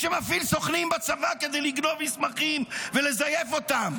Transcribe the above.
שמפעיל סוכנים בצבא כדי לגנוב מסמכים ולזייף אותם,